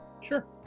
Sure